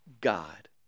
God